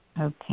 Okay